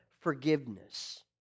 forgiveness